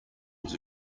was